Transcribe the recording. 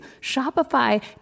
Shopify